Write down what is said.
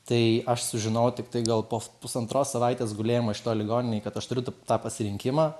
tai aš sužinojau tiktai gal po pusantros savaitės gulėjimo šitoj ligoninėj kad aš turiu tą pasirinkimą